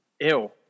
Ew